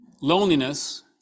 loneliness